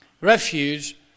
refuge